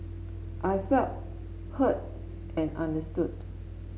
I felt heard and understood